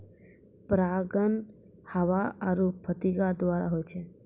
परागण हवा आरु फतीगा द्वारा होय छै